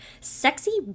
sexy